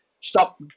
stop